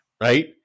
right